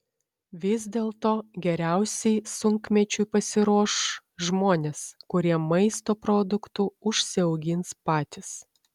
vis dėlto geriausiai sunkmečiui pasiruoš žmonės kurie maisto produktų užsiaugins patys